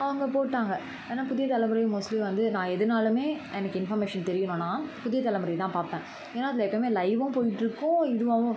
அவங்க போட்டாங்கள் ஏன்னா புதிய தலைமுறை மோஸ்ட்லி வந்து நான் எதுனாலுமே எனக்கு இன்ஃபர்மேஷன் தெரியணும்னா புதிய தலைமுறை தான் பார்ப்பேன் ஏன்னா அதில் எப்போவுமே லைவும் போயிகிட்ருக்கும் இதுவாகவும்